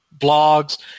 blogs